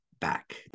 back